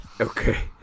Okay